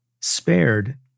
spared